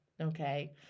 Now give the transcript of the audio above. okay